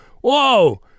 whoa